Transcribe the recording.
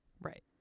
Right